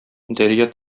дәрья